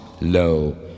Lo